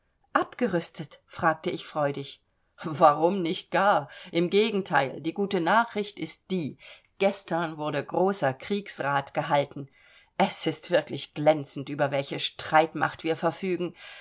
abgerüstet fragte ich freudig warum nicht gar im gegenteil die gute nachricht ist die gestern wurde großer kriegsrat gehalten es ist wirklich glänzend über welche streitmacht wir verfügen